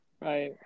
Right